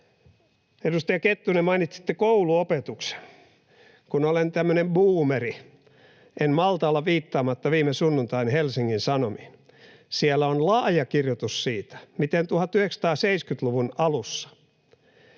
Edustaja Kettunen, mainitsitte kouluopetuksen. Kun olen tämmöinen buumeri, en malta olla viittaamatta viime sunnuntain Helsingin Sanomiin. Siellä oli laaja kirjoitus siitä, miten 1970-luvun alussa